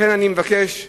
לכן אני מבקש מהשר,